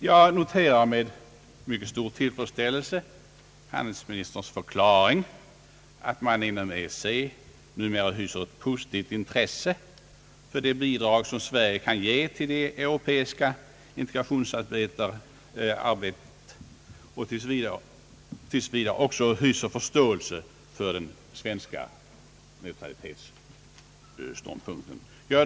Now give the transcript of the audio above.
Jag noterar med mycket stor tillfredsställelse handelsministerns förklaring att man inom EEC numera hyser ett positivt intresse för de bidrag som Sve rige kan ge till det europeiska integrationsarbetet och att man också hyser förståelse för den svenska neutralitetsståndpunkten.